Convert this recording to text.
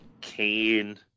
Kane